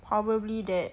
probably that